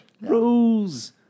Rules